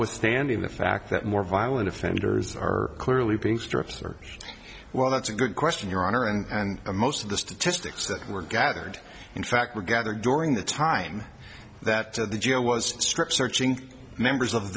withstanding the fact that more violent offenders are clearly being strips or well that's a good question your honor and most of the statistics that were gathered in fact were gathered during the time that the g a o was strip searching members of